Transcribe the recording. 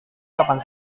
kapan